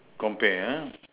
compare ah